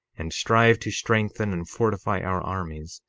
and strive to strengthen and fortify our armies,